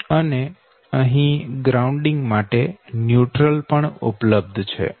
અને અહી ગ્રાઉન્ડિંગ માટે ન્યુટ્રલ પણ ઉપલબ્ધ છે